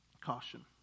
Caution